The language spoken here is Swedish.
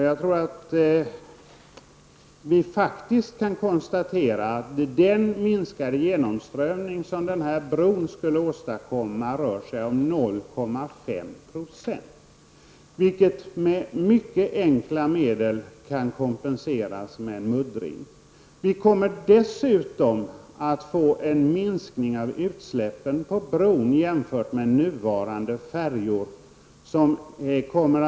Jag tror att vi kan konstatera att den minskade genomströmning som bron leder till rör sig om 0,5 %, vilket mycket enkelt kan kompenseras med muddring. Utsläppen på bron kommer dessutom att bli mindre än utsläppen från den nuvarande färjetrafiken.